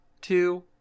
two